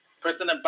President